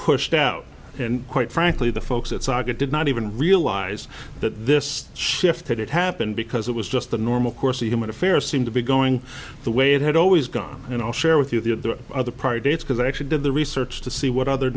pushed out and quite frankly the folks at saga did not even realize that this shift had it happened because it was just the normal course of human affairs seem to be going the way it had always gone and i'll share with you the other prior dates because i actually did the research to see what other